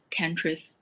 countries